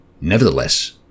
Nevertheless